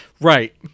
right